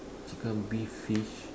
chicken beef fish